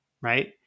Right